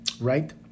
right